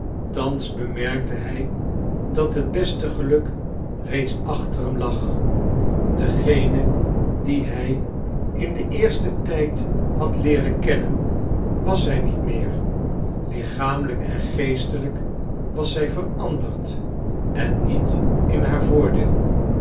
thans bemerkte hij dat het beste geluk reeds achter hem lag degene die hij in den eersten tijd had leeren kennen was zij niet meer lichamelijk en geestelijk was zij veranderd en niet in haar voordeel